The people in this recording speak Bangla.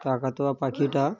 কাকাতুয়া পাখিটা